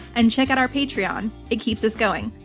and check out our patreon, it keeps us going.